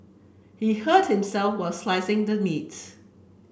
he hurt himself while slicing the meats